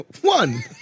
One